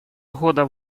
года